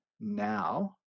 now